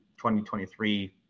2023